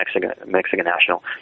Mexican-National